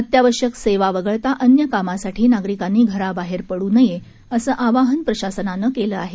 अत्यावश्यक सेवा वगळता अन्य कामासाठी नागरिकांनी घराबाहेर पडू नये असं आवाहन प्रशासनानं केलं आहे